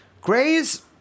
Grays